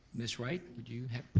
miss wright, do you have